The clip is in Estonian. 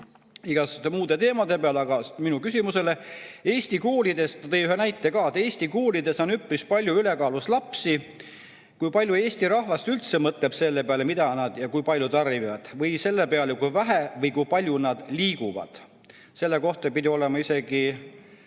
igasuguste muude teemade peale, aga minu küsimusele Eesti koolide kohta ta tõi ühe näite ka, et Eesti koolides on üpris palju ülekaalus lapsi ja kui palju Eesti rahvas üldse mõtleb selle peale, mida nad ja kui palju tarbivad, või selle peale, kui vähe või kui palju nad liiguvad. Selle kohta pidi olema isegi